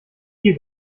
hier